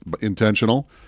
intentional